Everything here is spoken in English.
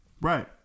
Right